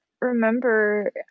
remember